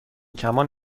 کمان